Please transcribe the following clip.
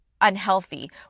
unhealthy